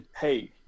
Hey